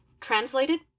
Translated